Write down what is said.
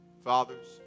fathers